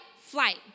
flight